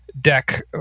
deck